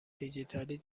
دیجیتالی